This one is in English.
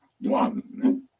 one